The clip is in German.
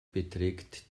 beträgt